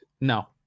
No